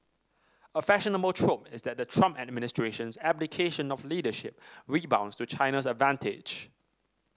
a fashionable trope is that the Trump administration's abdication of leadership rebounds to China's advantage